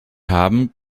haben